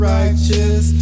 righteous